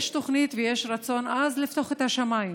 יש תוכנית ויש רצון עז לפתוח את השמיים.